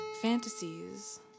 Fantasies